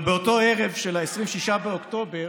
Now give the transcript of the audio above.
אבל באותו ערב של 26 באוקטובר